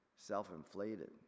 Self-inflated